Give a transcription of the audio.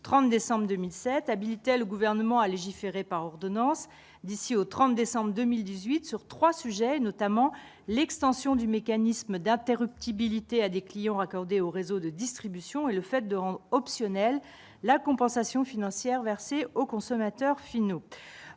30 décembre 2007 habilité le gouvernement à légiférer par ordonnances d'ici au 30 décembre 2018 sur 3 sujets, notamment l'extension du mécanisme d'interruptibilité à des clients raccordés au réseau de distribution et le fait de rendre optionnelle, la compensation financière versée aux consommateurs finaux à